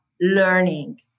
learning